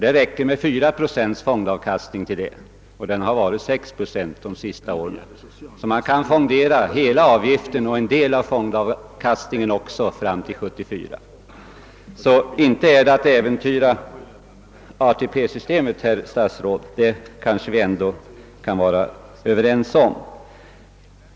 Det räcker med 4 procents fondavkastning härför, och den har de senaste åren varit 6 procent. Man kan alltså fondera hela avgiften och en del av fondavkastningen fram till 1974.